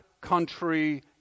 country